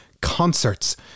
concerts